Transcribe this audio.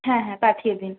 হ্যাঁ হ্যাঁ পাঠিয়ে দিন